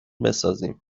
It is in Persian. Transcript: بسازیم